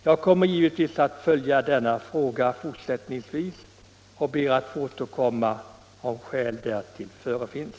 Jag kommer givetvis att följa denna fråga i fortsättningen och ber att få återkomma om skäl därtill förefinns.